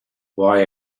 why